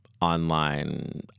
online